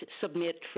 submit